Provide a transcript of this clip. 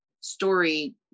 story